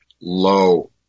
low